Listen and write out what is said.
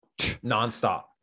nonstop